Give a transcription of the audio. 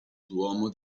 duomo